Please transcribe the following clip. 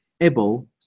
able